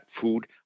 food